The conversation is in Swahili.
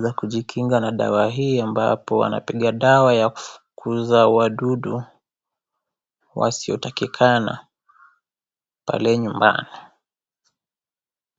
za kujikinga na dawa hii, ambapo anapiga dawa na kufukuza wadudu wasitakikana pale nyumbani.